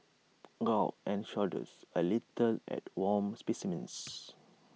gawk and shudders A little at worm specimens